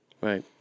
Right